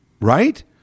right